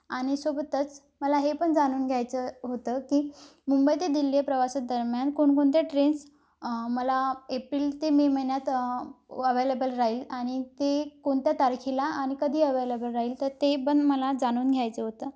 आणि सोबतच मला हे पण जाणून घ्यायचं होतं की मुंबई ते दिल्ली प्रवासादरम्यान कोणकोणत्या ट्रेन्स मला एप्रिल ते मे महिन्यात अवेलेबल राहील आणि ते कोणत्या तारखेला आणि कधी अवेलेबल राहील तर ते पण मला जाणून घ्यायचं होतं